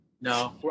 No